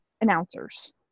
announcers